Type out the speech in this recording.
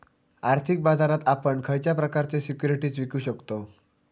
आर्थिक बाजारात आपण खयच्या प्रकारचे सिक्युरिटीज विकु शकतव?